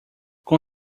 com